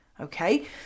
Okay